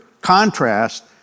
contrast